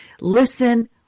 listen